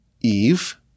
Eve